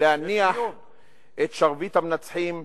להניח את שרביט המנצחים,